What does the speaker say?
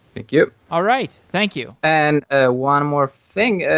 thank you. all right. thank you. and ah one more thing.